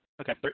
Okay